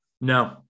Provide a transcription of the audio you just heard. No